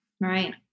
right